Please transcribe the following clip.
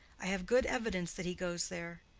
i have good evidence that he goes there.